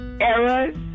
Errors